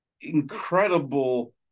incredible